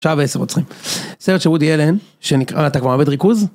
שעה ועשר עוצרים, סרט של וודי אלן שנקרא לתקוומת ריכוז.